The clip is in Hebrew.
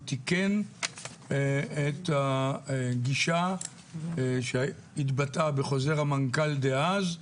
תיקן את הגישה שהתבטאה בחוזר המנכ"ל דאז,